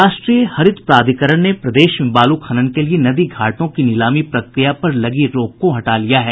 राष्ट्रीय हरित प्राधिकरण ने प्रदेश में बालू खनन के लिए नदी घाटों की नीलामी प्रक्रिया पर लगी रोक को हटा लिया है